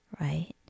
right